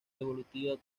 evolutiva